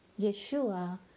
Yeshua